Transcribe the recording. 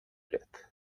det